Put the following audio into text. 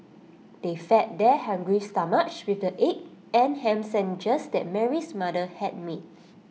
they fed their hungry stomachs with the egg and Ham Sandwiches that Mary's mother had made